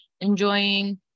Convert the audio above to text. enjoying